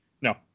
No